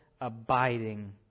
abiding